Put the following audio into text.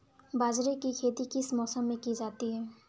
बाजरे की खेती किस मौसम में की जाती है?